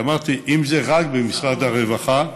אמרתי שאם זה רק במשרד הרווחה,